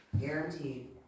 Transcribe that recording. Guaranteed